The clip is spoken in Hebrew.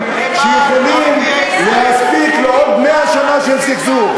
שיכולים להספיק לעוד 100 שנה של סכסוך.